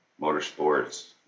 Motorsports